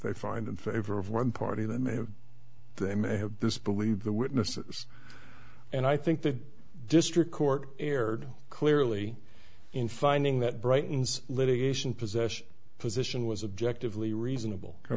they find in favor of one party they may have they may have this believe the witnesses and i think the district court erred clearly in finding that brightens litigation possession position was objective lee reasonable and